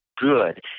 good